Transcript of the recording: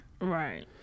Right